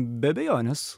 be abejonės